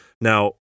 now